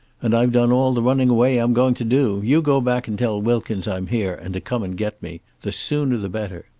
and i've done all the running away i'm going to do. you go back and tell wilkins i'm here and to come and get me. the sooner the better.